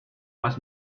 was